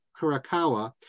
Kurakawa